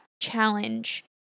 challenge